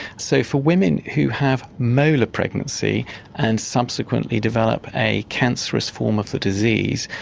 so for women who have molar pregnancy and subsequently develop a cancerous form of the disease,